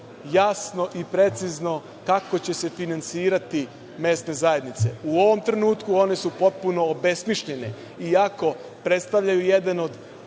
jasno i precizno kako će se finansirati mesne zajednice. U ovom trenutku one su potpuno obesmišljene i ako predstavljaju jedan od